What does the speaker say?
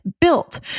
built